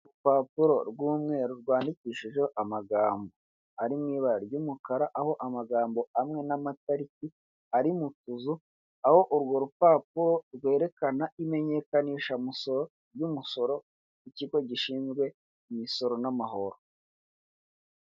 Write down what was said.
Urupapuro rw'umweru rwandikishijeho amagambo ari mu ibara ry'umukara, aho amagambo amwe n'amatariki ari mu tuzu, aho urwo rupapuro rwerekana imenyekanishamusoro ry'umusoro w'ikigo gishinzwe imisoro n'amahoro.